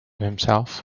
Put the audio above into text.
himself